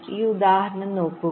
ഈ ഉദാഹരണം എടുക്കുക